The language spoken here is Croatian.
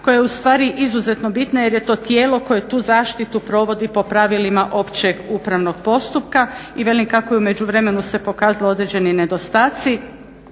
koja je u stvari izuzetno bitna jer je to tijelo koje tu zaštitu provodi po pravilima općeg upravnog postupka. I velim kako je u međuvremenu se pokazalo određeni nedostaci